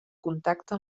contacte